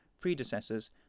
predecessors